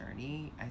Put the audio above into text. journey